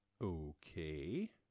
Okay